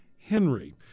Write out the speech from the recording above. Henry